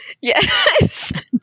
Yes